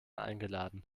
eingeladen